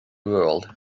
world